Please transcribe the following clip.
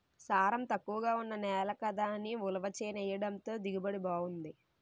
సారం తక్కువగా ఉన్న నేల కదా అని ఉలవ చేనెయ్యడంతో దిగుబడి బావుంది